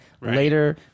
later